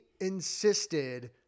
insisted